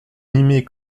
animées